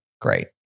great